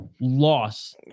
loss